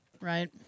Right